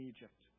Egypt